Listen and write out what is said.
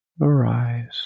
arise